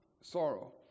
sorrow